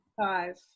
five